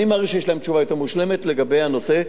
אני מעריך שיש להם תשובה מושלמת יותר לגבי הנושא.